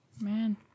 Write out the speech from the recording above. Man